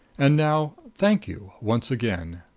and now, thank you once again.